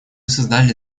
создали